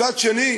מצד אחר,